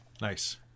Nice